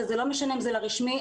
ולא משנה אם זה לרשמי,